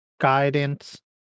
guidance